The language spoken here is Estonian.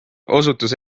osutus